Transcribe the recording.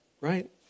right